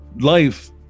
life